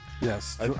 Yes